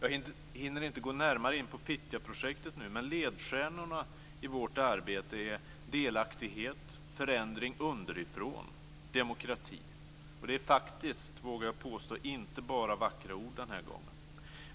Jag hinner inte gå närmare in på Fittjaprojektet nu, men ledstjärnorna i vårt arbete är delaktighet, förändring underifrån och demokrati. Och det är faktiskt, vågar jag påstå, inte bara vackra ord den här gången.